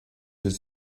his